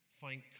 find